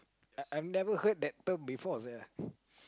I I've never heard that term before sia